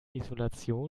isolation